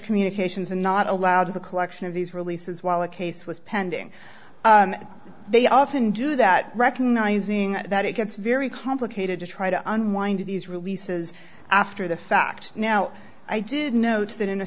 communications and not allowed the collection of these releases while the case was pending they often do that recognizing that it gets very complicated to try to unwind these releases after the fact now i did notice that in a